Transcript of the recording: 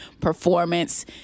performance